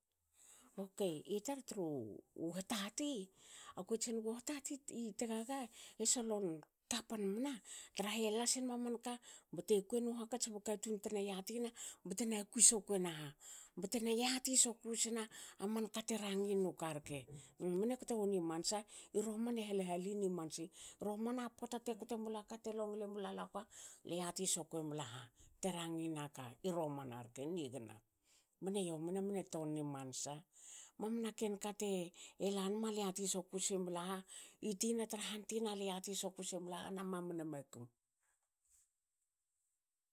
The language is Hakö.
Okei itar tru hatati akue tsinenigi u hatati i tagagae solon kapan mna trahe las enma manka. bte kuenu hakats ba katun tna yatina btena kui sokena ha, btena yati soku sna aman kate rangin nu karke mne kto wni mansa. I romana hal halinni mansa. Romana pote kote mulua kate longle mlalua ka. le yati sokuela ha te rangina ka i romana rke nigana mne yomina mne tonni mansa. mamna ken ka te lanma le yati soku simla ha. itina tra han tina le yati soku semla ha na mamani makum.